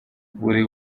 buri